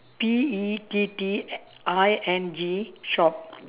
P E T T I N G shop